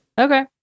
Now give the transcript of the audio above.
Okay